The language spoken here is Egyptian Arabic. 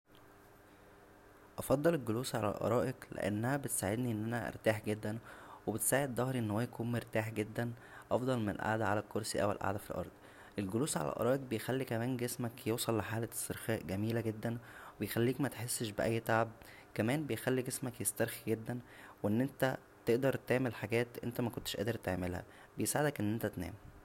افضل الجلوس على الاراءق لانها بتساعدنى ان انا ارتاح جدا و بتساعد ضهرى ان هو يكون مرتاح جدا افضل من القعده على الكرسى او القعده فالارض الججلوس على الارائق بيخلى كمان جسمك يوصل لحالة استرخاء جميله جدا و بيخليك متحسش ب اى تعب كمان بيخلى جسمك يسترخى جدا وان انت تقدر تعمل حاجات انت مكنتش قادر تعملها بيساعدك ان انت تنام